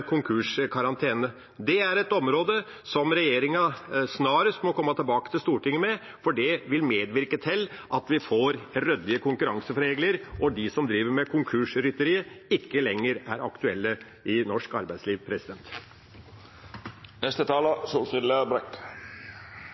konkurskarantene. Det er et område som regjeringen snarest må komme tilbake til Stortinget med, for det vil medvirke til at vi får ryddige konkurranseregler, og at de som driver med konkursrytteri, ikke lenger blir aktuelle i norsk arbeidsliv.